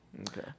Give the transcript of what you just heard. okay